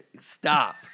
Stop